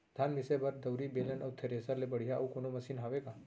धान मिसे बर दउरी, बेलन अऊ थ्रेसर ले बढ़िया अऊ कोनो मशीन हावे का?